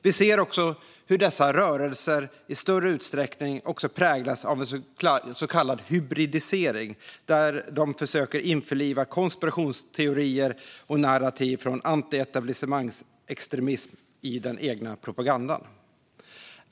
Vi ser också hur dessa rörelser i större utsträckning präglas av en så kallad hybridisering, där de försöker införliva konspirationsteorier och narrativ från anti-etablissemangsextremism i den egna propagandan.